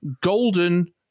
golden